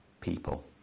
people